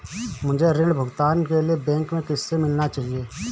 मुझे ऋण भुगतान के लिए बैंक में किससे मिलना चाहिए?